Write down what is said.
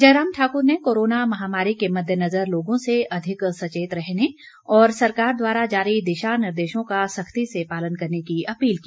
जयराम ठाक्र ने कोरोना महामारी के मद्देनजर लोगों से अधिक सचेत रहने और सरकार द्वारा जारी दिशा निर्देशों का सख्ती से पालने करने की अपील की